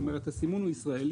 זאת אומרת, הסימון הוא ישראלי.